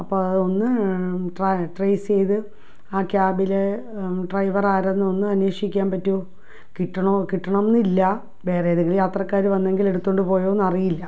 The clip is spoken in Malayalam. അപ്പോള് അത് ഒന്ന് ട്ര ട്രെയ്സ് ചെയ്ത് ആ ക്യാബിലെ ഡ്രൈവർ ആരാണെന്ന് ഒന്ന് അന്വേഷിക്കാൻ പറ്റുമോ കിട്ടണ കിട്ടണമെന്നില്ല വേറെ ഏതേലും യാത്രക്കാര് വന്നെങ്കിൽ എടുത്തോണ്ട് പോയോന്ന് അറിയില്ല